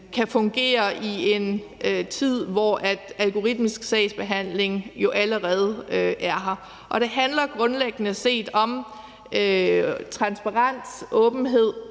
kan fungere i en tid, hvor algoritmisk sagsbehandling jo allerede er her. Og det handler grundlæggende set om transparens, åbenhed